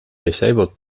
disabled